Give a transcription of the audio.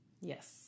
Yes